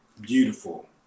beautiful